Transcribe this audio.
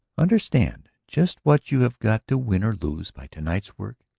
understand just what you have got to win or lose by to-night's work.